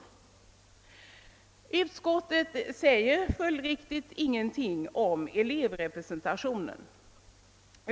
Utskottet säger följdriktigt ingenting om elevrepresentationen.